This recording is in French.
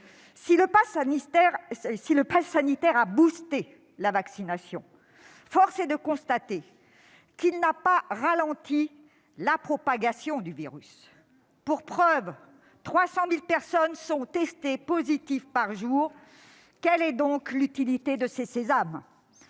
si le passe sanitaire a boosté la vaccination, force est de constater qu'il n'a pas ralenti la propagation du virus. Bien sûr ! Pour preuve, 300 000 personnes sont testées positives chaque jour : quelle est donc l'utilité de ces sésames ?